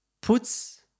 puts